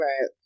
Right